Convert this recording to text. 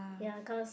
ya cause